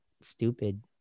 stupid